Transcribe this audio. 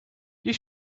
you